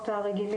כן, הקשבתי לדיון.